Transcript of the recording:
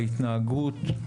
ההתנהגות,